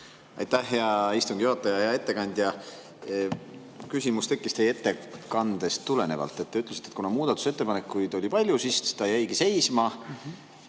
Aitäh, hea istungi juhataja! Hea ettekandja! Küsimus tekkis teie ettekandest tulenevalt. Te ütlesite, et kuna muudatusettepanekuid oli palju, siis [eelnõu] jäi seisma,